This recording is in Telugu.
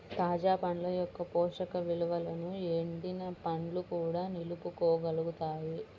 తాజా పండ్ల యొక్క పోషక విలువలను ఎండిన పండ్లు కూడా నిలుపుకోగలుగుతాయి